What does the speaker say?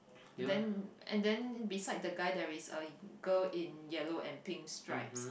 then and then beside the guy there is a girl in yellow and pink stripes